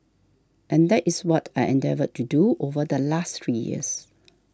and that is what I endeavoured to do over the last three years